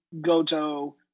Goto